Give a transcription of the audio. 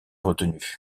retenu